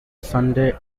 sunday